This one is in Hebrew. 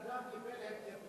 בן-אדם קיבל התקף לב,